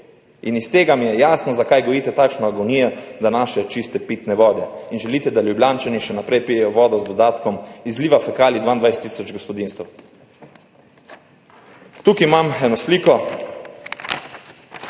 in iz tega mi je jasno, zakaj gojite takšno agonijo do naše čiste pitne vode in želite, da Ljubljančani še naprej pijejo vodo z dodatkom izliva fekalij 22 tisoč gospodinjstev. Tukaj imam eno sliko